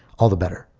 all the better.